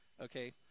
okay